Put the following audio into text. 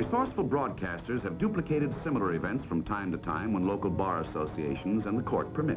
responsible broadcasters have duplicated similar events from time to time when local bar associations and the court permit